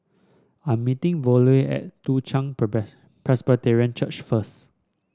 I'm meeting Vollie at Toong Chai Presbyterian Church first